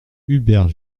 hubert